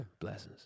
Blessings